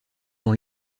dans